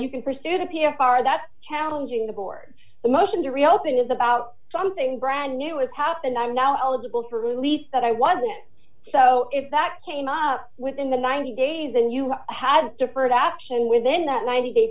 you can pursue the p f are that challenging the board the motion to reopen is about something brand new is half and i'm now eligible for release that i wasn't so if that came up within the ninety days and you had deferred action within that ninety day